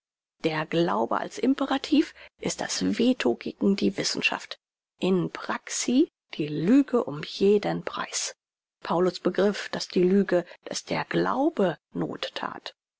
der glaube als imperativ ist das veto gegen die wissenschaft in praxi die lüge um jeden preis paulus begriff daß die lüge daß der glaube noth that